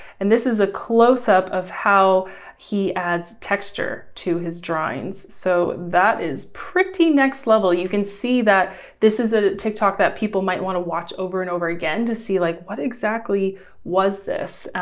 and this is a closeup of how he adds texture to his drawings. so that is pretty next level. you can see that this is a tiktok that people might want to watch over and over again, to see like, what exactly was this?